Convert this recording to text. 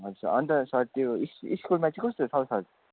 हजुर सर अन्त सर त्यो स्कुलमा चाहिँ कस्तो छ हो सर